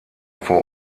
vor